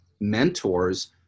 mentors